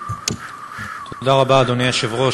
תודה רבה, אדוני היושב-ראש.